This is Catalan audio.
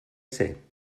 ser